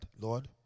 Lord